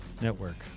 Network